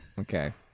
okay